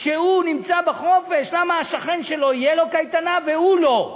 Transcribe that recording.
שנמצא בחופש, למה לשכן שלו תהיה קייטנה ולו לא?